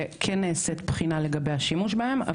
שכן נעשית בחינה לגבי השימוש בהם.